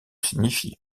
signifier